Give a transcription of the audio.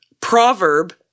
proverb